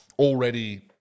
already